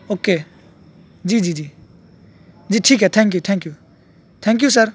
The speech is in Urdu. اوکے جی جی جی جی ٹھیک ہے thank you thank you thank you sir